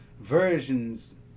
versions